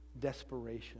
desperation